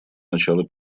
начала